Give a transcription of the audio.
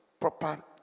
proper